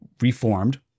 reformed